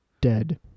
Dead